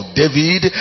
david